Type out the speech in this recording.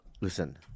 Listen